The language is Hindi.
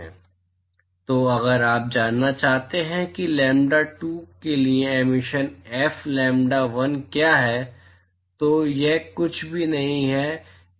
तो अगर आप जानना चाहते हैं कि लैम्ब्डा 2 के लिए एमिशन एफ लैम्ब्डा 1 क्या है तो यह कुछ भी नहीं है यह क्या है